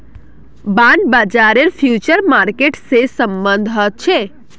bond बाजारेर future market से सम्बन्ध ह छे